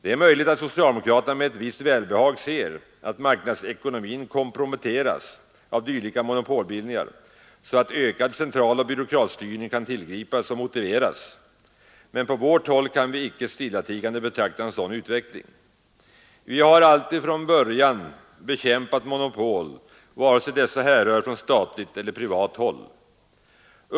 Det är möjligt att socialdemokraterna med ett visst välbehag ser att marknadsekonomin komprometteras av dylika monopolbildningar så att ökad centraloch byråkratstyrning kan tillgripas och motiveras, men på vårt håll kan vi icke stillatigande betrakta en sådan utveckling. Vi har alltifrån början bekämpat monopol vare sig dessa härrör från statligt eller privat håll.